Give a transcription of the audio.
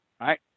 right